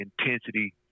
intensity